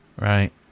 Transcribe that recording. Right